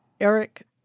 Eric